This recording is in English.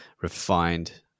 refined